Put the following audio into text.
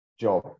job